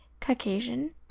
Caucasian